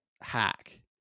hack